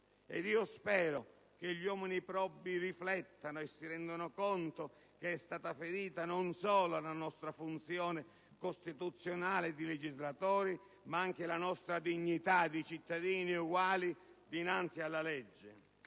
spero quindi che riflettano e si rendano conto che è stata ferita non solo la nostra funzione costituzionale di legislatori, ma anche la nostra dignità di cittadini uguali dinanzi alla legge;